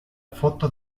foto